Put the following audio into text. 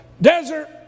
desert